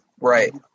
right